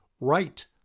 right